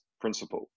principle